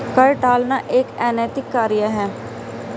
कर टालना एक अनैतिक कार्य है